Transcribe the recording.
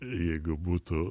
jeigu būtų